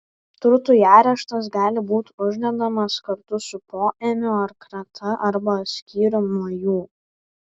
turtui areštas gali būti uždedamas kartu su poėmiu ar krata arba skyrium nuo jų